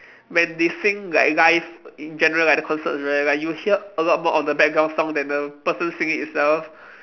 when they sing like live in general like the concerts right like you'll hear a lot more of the background song than the person singing itself